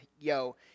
yo